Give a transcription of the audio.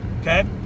okay